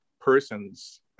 person's